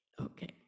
okay